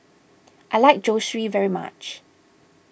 I like Zosui very much